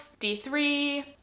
D3